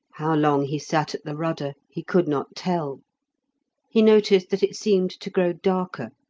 how long he sat at the rudder he could not tell he noticed that it seemed to grow darker,